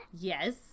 Yes